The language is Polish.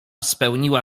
spełniła